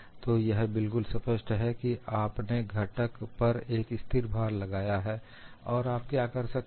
तो यह बिल्कुल स्पष्ट है कि आपने घटक पर एक स्थिर भार लगाया है और आप क्या कर सकते हैं